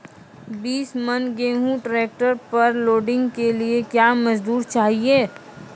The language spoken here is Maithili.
बीस मन गेहूँ ट्रैक्टर पर लोडिंग के लिए क्या मजदूर चाहिए?